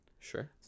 Sure